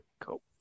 Cool